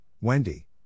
Wendy